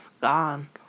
Gone